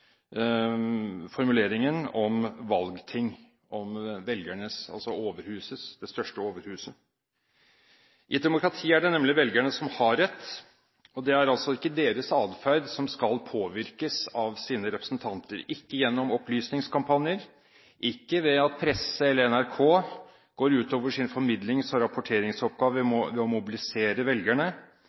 formuleringen «Valgthinget» – altså det største overhuset. I et demokrati er det nemlig velgerne som har rett. Det er altså ikke velgernes adferd som skal påvirkes av deres representanter – ikke gjennom opplysningskampanjer, ikke ved at presse eller NRK går utover sin formidlings- og rapporteringsoppgave ved å mobilisere velgerne,